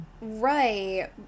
Right